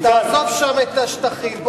תעזוב שם את השטחים.